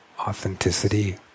Authenticity